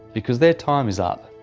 because their time is up.